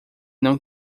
não